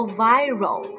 viral